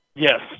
yes